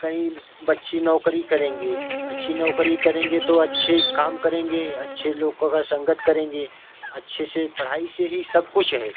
कहीं बच्चे नौकरी करेंगे अच्छी नौकरी करेंगे तो अच्छे काम करेंगे अच्छे लोग की संगत करेंगे अच्छे से पढ़ाई से ही सब कुछ है